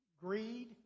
greed